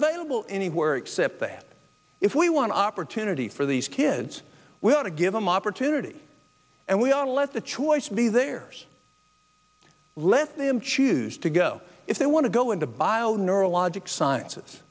available anywhere except that if we want opportunity for these kids we ought to give them opportunity and we ought to let the choice be there let them choose to go if they want to go into bio neurologic sciences